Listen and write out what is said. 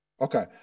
Okay